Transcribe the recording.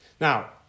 Now